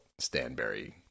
Stanberry